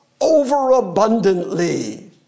overabundantly